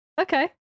Okay